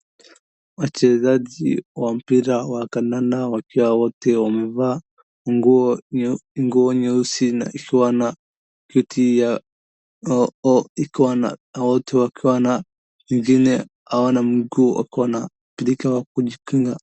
Wachezaji wa mpira wa kadanda wakiwa wote wamevaa nguo nyeusi, nguo nyeusi na ikiwa na, kitu ya, ikiwa na, wote wakiwa na wengine hawana mguu, wako na klika wa kujikinga.